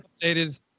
updated